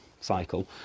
cycle